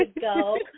go